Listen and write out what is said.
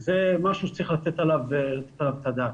זה משהו שצריך עליו את הדעת.